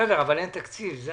בסדר, אבל אין תקציב.